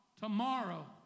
tomorrow